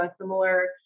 similar